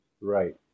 Right